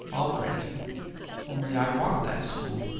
i'll break you only, i want that school.